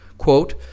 Quote